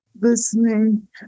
listening